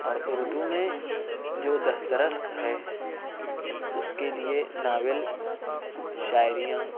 اور اردو میں جو دسترست ہے اس کے لیے ناول شاعریاں